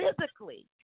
physically